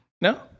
no